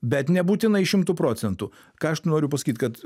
bet nebūtinai šimtu procentų ką aš noriu pasakyt kad